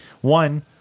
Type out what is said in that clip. One